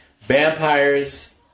Vampires